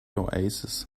oasis